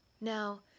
Now